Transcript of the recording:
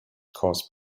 caused